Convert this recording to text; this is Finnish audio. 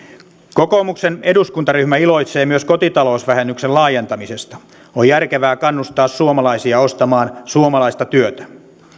kokoomuksen eduskuntaryhmä iloitsee myös kotitalousvähennyksen laajentamisesta on järkevää kannustaa suomalaisia ostamaan suomalaista työtä